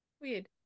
Weird